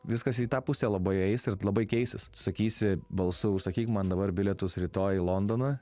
viskas į tą pusę labai eis ir labai keisis sakysi balsu užsakyk man dabar bilietus rytoj į londoną